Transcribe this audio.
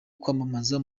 kwamamaza